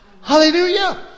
Hallelujah